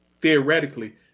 theoretically